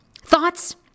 Thoughts